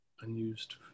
Unused